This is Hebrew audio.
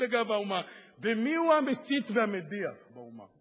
האומה ומיהו המצית והמדיח באומה,